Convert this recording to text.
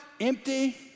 empty